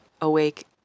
awake